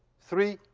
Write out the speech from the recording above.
three,